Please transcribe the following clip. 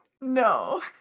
no